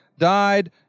died